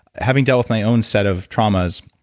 having dealt with my own set of traumas